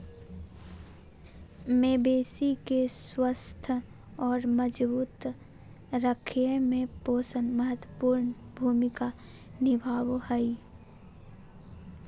मवेशी के स्वस्थ और मजबूत रखय में पोषण महत्वपूर्ण भूमिका निभाबो हइ